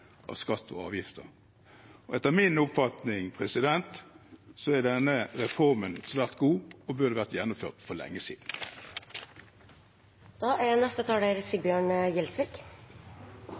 av skatter og avgifter. Etter min oppfatning er denne reformen svært god, og den burde vært gjennomført for lenge